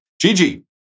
Gigi